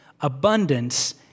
abundance